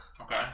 Okay